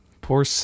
Poor